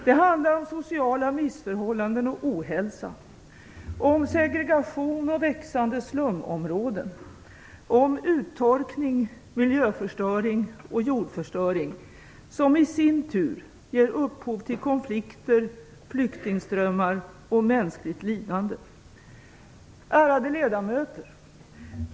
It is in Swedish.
Det handlar om sociala missförhållanden och ohälsa, om segregation och växande slumområden, om uttorkning, miljöförstöring och jordförstöring, som i sin tur ger upphov till konflikter, flyktingströmmar och mänskligt lidande. Ärade ledamöter!